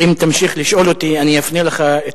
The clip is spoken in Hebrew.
אם תמשיך לשאול אותי אני אפנה אליך את